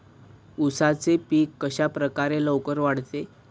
उसाचे पीक कशाप्रकारे लवकर वाढते?